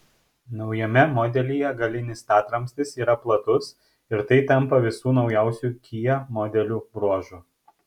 naujame modelyje galinis statramstis yra platus ir tai tampa visų naujausių kia modelių bruožu